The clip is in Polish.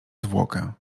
zwłokę